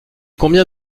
combien